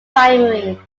primary